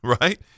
right